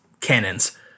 cannons